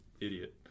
idiot